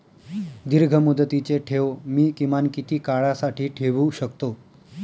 दीर्घमुदतीचे ठेव मी किमान किती काळासाठी ठेवू शकतो?